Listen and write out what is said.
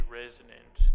resonant